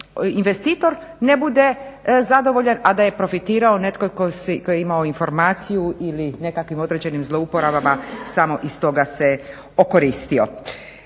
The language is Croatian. investitor ne bude zadovoljan, a da je profitirao netko tko je imao informaciju ili nekakvim određenim zlouporabama samo iz toga se okoristio.